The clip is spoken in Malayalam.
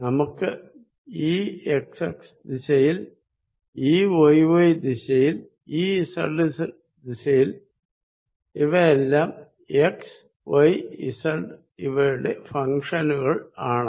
നമുക്ക് Ex x ദിശയിൽ E y y ദിശയിൽ Ez z ദിശയിൽ ഇവയെല്ലാം x y z ഇവയുടെ ഫങ്ക്ഷനുകൾ ആണ്